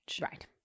right